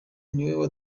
niwe